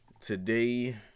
Today